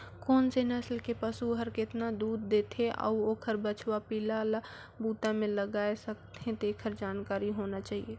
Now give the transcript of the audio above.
कोन से नसल के पसु हर केतना दूद देथे अउ ओखर बछवा पिला ल बूता में लगाय सकथें, तेखर जानकारी होना चाही